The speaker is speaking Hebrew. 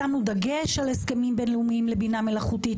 שמנו דגש על הסכמים בין-לאומיים לבינה מלאכותית,